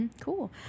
Cool